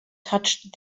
touched